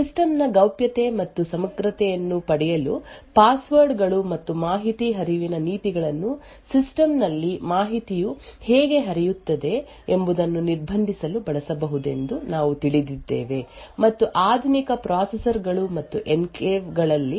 system ನ ಗೌಪ್ಯತೆ ಮತ್ತು ಸಮಗ್ರತೆಯನ್ನು ಪಡೆಯಲು ಪಾಸ್ವರ್ಡ್ ಗಳು ಮತ್ತು ಮಾಹಿತಿ ಹರಿವಿನ ನೀತಿಗಳನ್ನು ಸಿಸ್ಟಂ ನಲ್ಲಿ ಮಾಹಿತಿಯು ಹೇಗೆ ಹರಿಯುತ್ತದೆ ಎಂಬುದನ್ನು ನಿರ್ಬಂಧಿಸಲು ಬಳಸಬಹುದೆಂದು ನಾವು ತಿಳಿದಿದ್ದೇವೆ ಮತ್ತು ಆಧುನಿಕ ಪ್ರೊಸೆಸರ್ ಗಳು ಮತ್ತು ಎನ್ಕ್ಲೇವ್ ಗಳಲ್ಲಿ ಇರುವ ಸವಲತ್ತು ರಿಂಗ್ ಗಳಂತಹ ಹಾರ್ಡ್ವೇರ್ ಅಂಶಗಳನ್ನು ನಾವು ನೋಡಿದ್ದೇವೆ